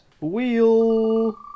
wheel